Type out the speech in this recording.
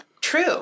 True